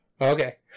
Okay